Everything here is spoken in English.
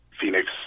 Phoenix